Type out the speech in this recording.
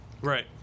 Right